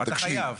אתה חייב.